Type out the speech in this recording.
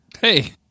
Hey